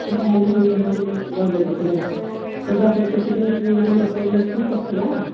ସେ ଗଜପତି ସ୍ମାର୍ଟ ସେଇଟା ସେଥିପାଇଁ ଗୋଟେ ଲେଟର୍ ଲେଖି ପଠେଇବା ଆଉ